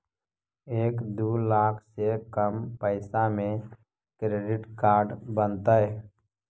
एक दू लाख से कम पैसा में क्रेडिट कार्ड बनतैय?